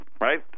right